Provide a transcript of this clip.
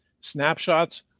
snapshots